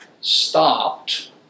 stopped